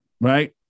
right